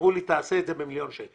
ואמרו לי "תעשה את זה במיליון שקל".